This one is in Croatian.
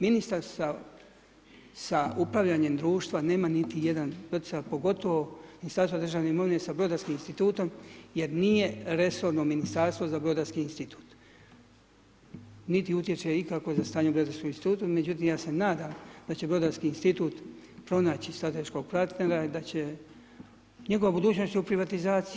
Ministar sa upravljanjem društva nema niti jedan … pogotovo Ministarstvo državne imovine, sa brodarskim institutom, jer nije resorno ministarstvo za brodarski institut, niti utječe iako za stanje u brodarskom institutu, međutim, ja se nadam, da će brodarski institut pronaći strateškog partnera i da će njegova budućnost će u privatizaciji.